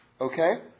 Okay